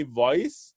voice